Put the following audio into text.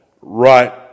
right